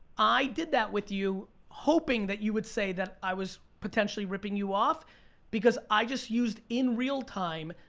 i did that with you hoping that you would say that i was potentially ripping you off because i just used, in real time,